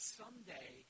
someday